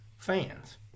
Fans